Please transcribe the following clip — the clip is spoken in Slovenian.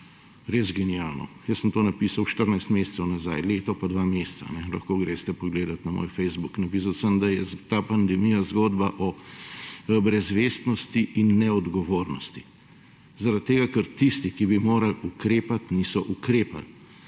Res genialno! Jaz sem to napisal 14 mesecev nazaj, leto pa dva meseca ‒ lahko greste pogledat na moj Facebook ‒ napisal sem, da je ta pandemija zgodba o brezvestnosti in neodgovornosti zaradi tega, ker tisti, ki bi morali ukrepati, niso ukrepali.